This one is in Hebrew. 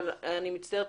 אך לצערי,